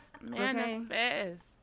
Manifest